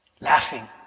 laughing